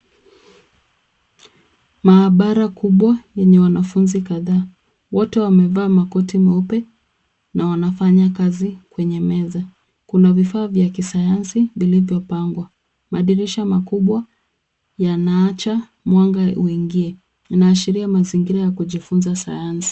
Maabara kubwa yenye wanafunzi kadhaa. Wote wamevaa makoti meupe na wanafanya kazi kwenye meza. Kuna vifaa vya kisayansi vilivyopangwa. Madirisha makubwa yanaacha mwanga uingie, unaashiria mazingira ya kujifunza sayansi.